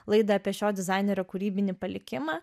laidą apie šio dizainerio kūrybinį palikimą